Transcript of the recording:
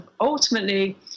ultimately